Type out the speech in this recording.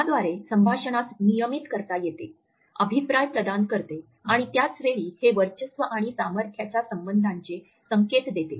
ह्या द्वारे संभाषणास नियमित करता येते अभिप्राय प्रदान करते आणि त्याच वेळी हे वर्चस्व आणि सामर्थ्याच्या संबंधांचे संकेत देते